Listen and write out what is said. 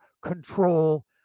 control